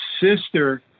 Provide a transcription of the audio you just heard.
sister